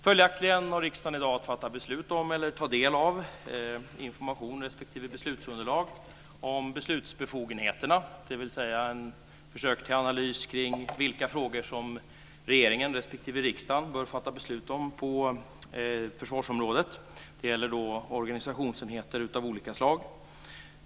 Följaktligen har riksdagen i dag att fatta beslut på ett beslutsunderlag och att ta del av information som gäller beslutsbefogenheter. Det handlar om försök till analys av vilka frågor som regeringen respektive riksdagen bör fatta beslut om på försvarsområdet. Det gäller organisationsenheter av olika slag.